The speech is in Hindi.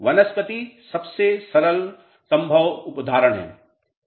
वनस्पति सबसे सरल संभव उदाहरण है